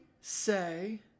say